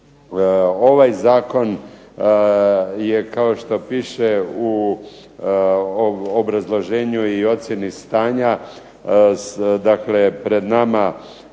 Ovaj zakon kao što piše u obrazloženju i ocjeni stanja dakle pred nama